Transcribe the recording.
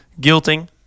guilting